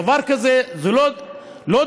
דבר כזה זה לא דמוקרטי,